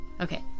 okay